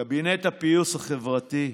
קבינט הפיוס החברתי,